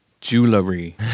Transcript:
Jewelry